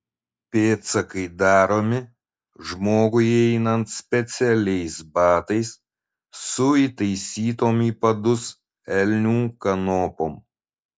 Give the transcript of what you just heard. pėdsakai daromi žmogui einant specialiais batais su įtaisytom į padus elnių kanopom